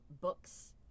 books